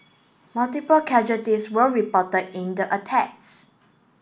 multiple casualties were reported in the attacks